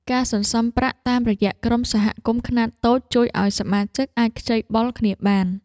ការសន្សំប្រាក់តាមរយៈក្រុមសហគមន៍ខ្នាតតូច ជួយឱ្យសមាជិកអាចខ្ចីបុលគ្នាបាន។